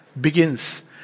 begins